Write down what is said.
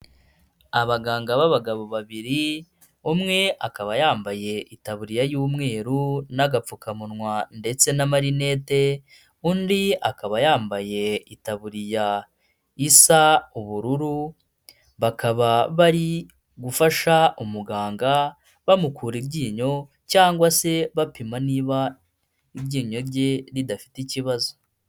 Abaganga b'abagabo babiri umwe akaba yambaye itaburiya y'umweru n'agapfukamunwa ndetse n'amarinete, undi akaba yambaye itaburiya isa ubururu. Bakaba bari gufasha umuganga, bamukura iryinyo cyangwa se bapima niba iryinyo rye ridafite ikibazo.